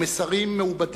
ומסרים מעובדים.